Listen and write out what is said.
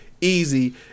easy